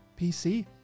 PC